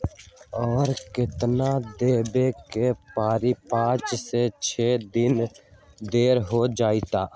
और केतना देब के परी पाँच से छे दिन देर हो जाई त?